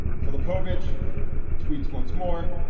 filipovic tweets once more.